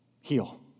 heal